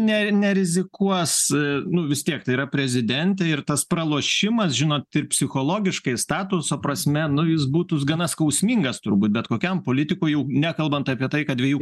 ne nerizikuos nu vis tiek tai yra prezidentė ir tas pralošimas žinot taip psichologiškai statuso prasme nu jis būtų gana skausmingas turbūt bet kokiam politikui jau nekalbant apie tai kad dviejų